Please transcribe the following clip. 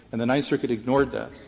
and the ninth circuit ignored that.